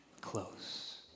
close